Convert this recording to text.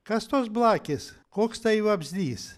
kas tos blakės koks tai vabzdys